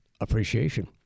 appreciation